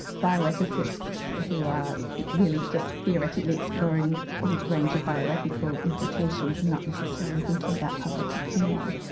bioethicists who are really just theoretically exploring all the range of bioethical implications and not necessarily thinking about public opinion,